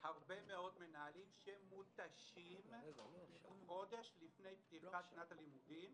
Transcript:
הרבה מאד מנהלים שמותשים חודש לפני פתיחת שנת הלימודים